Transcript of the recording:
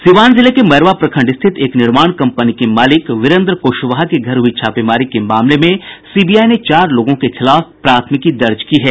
सीवान जिले के मैरवा प्रखंड स्थित एक निर्माण कम्पनी के मालिक वीरेन्द्र कुशवाहा के घर हुई छापेमारी के मामले में सीबीआई ने चार लोगों के खिलाफ प्राथमिकी दर्ज की है